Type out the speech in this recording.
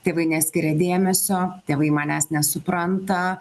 tėvai neskiria dėmesio tėvai manęs nesupranta